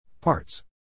Parts